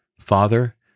Father